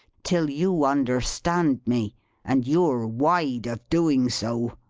till you understand me and you're wide of doing so.